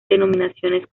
denominaciones